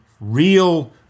real